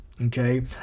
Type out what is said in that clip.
Okay